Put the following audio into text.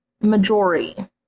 majority